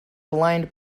aligned